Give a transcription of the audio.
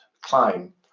claim